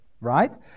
right